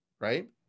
right